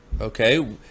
okay